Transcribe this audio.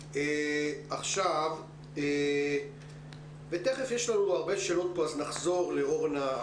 תכף יש לנו הרבה שאלות ונחזור אל אורנה,